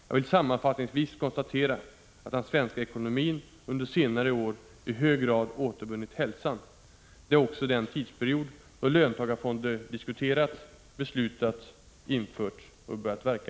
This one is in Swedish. Jag vill sammanfattningsvis konstatera att den svenska ekonomin under senare år i hög grad återvunnit hälsan. Det är också den tidsperiod då löntagarfonder diskuterats, beslutats, införts och börjat verka.